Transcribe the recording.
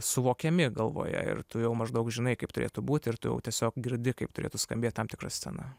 suvokiami galvoje ir tu jau maždaug žinai kaip turėtų būti ir tu jau tiesiog girdi kaip turėtų skambėt tam tikra scena